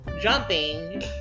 jumping